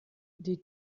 die